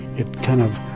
it kind of,